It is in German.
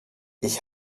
ich